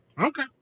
Okay